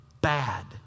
bad